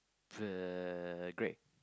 the great